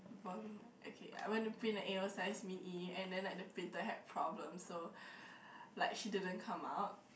okay I went to print a a_o size Min-Yi and then like the printer had problem so like she didn't come out